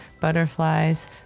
butterflies